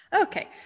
Okay